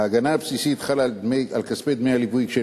ההגנה הבסיסית חלה על כספי דמי הליווי כשהם